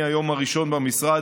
מהיום הראשון במשרד,